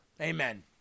Amen